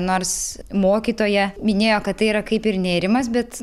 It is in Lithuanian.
nors mokytoja minėjo kad tai yra kaip ir nėrimas bet